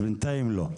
אז בנתיים לא.